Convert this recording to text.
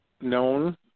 known